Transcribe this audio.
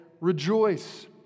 rejoice